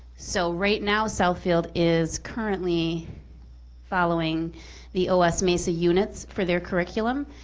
so right now southfield is currently following the os maisa units for their curriculum.